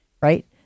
right